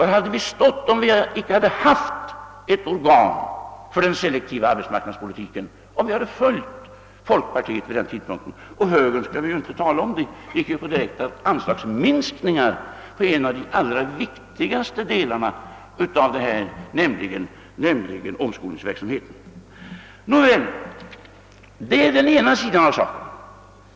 Var hade vi stått, om vi hade följt folkpartiet vid den tidpunkten och nu inte hade haft ett organ för den selektiva arbetsmarknadspolitiken? Och högern skall vi inte tala om — på det hållet gick man in för direkta anslagsminskningar på en av de viktigaste delarna av detta område, nämligen omskolningsverksamheten. Det är den ena sidan av saken.